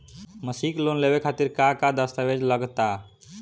मसीक लोन लेवे खातिर का का दास्तावेज लग ता?